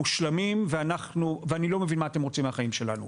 מושלמים ואני לא מבין מה אתם רוצים מהחיים שלנו.